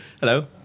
hello